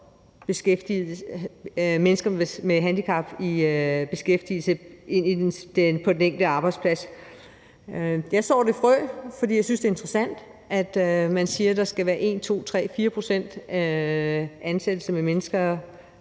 mennesker med handicap i beskæftigelse i forhold til den enkelte arbejdsplads. Jeg sår det frø, fordi jeg synes, det er interessant, at man siger, at der skal være 1, 2, 3, 4 pct. af de ansatte